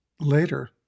later